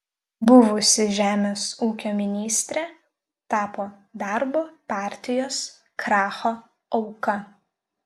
buvusi žemės ūkio ministrė tapo darbo partijos kracho auka